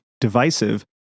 divisive